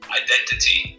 identity